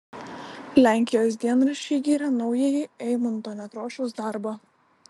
lenkijos dienraščiai giria naująjį eimunto nekrošiaus darbą